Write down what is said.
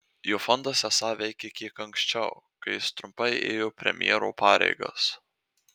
jo fondas esą veikė kiek anksčiau kai jis trumpai ėjo premjero pareigas